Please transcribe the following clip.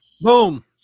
Boom